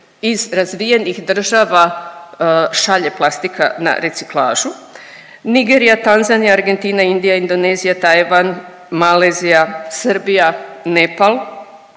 iz razvijenih država šalje plastika na reciklažu, Nigerija, Tanzanija, Argentina, Indonezija, Tajvan, Malezija, Srbija, Nepal